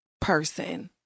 person